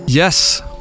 Yes